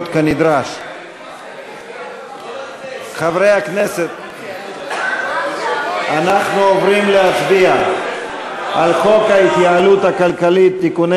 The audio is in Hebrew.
57. הכנסת אישרה את הצעת חוק התוכנית הכלכלית (תיקוני